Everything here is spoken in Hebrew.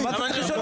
אבל אני שואל.